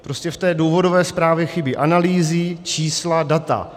Prostě v té důvodové zprávě chybí analýzy, čísla, data.